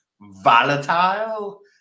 volatile